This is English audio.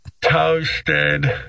Toasted